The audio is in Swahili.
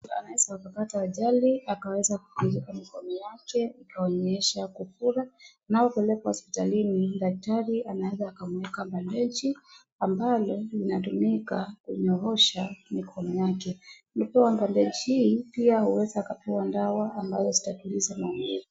Mtu anaweza akapata ajali, akaweza kuvunjika mikono yake ikaonyesha kufura. Na hupelekwa hospitalini. Daktari anaweza akamweka bandeji ambalo linatumika kunyoosha mikono yake. Akipewa bandeji hii, pia huweza akapewa dawa ambazo zitatuliza maumivu.